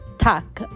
tuck